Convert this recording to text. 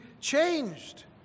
changed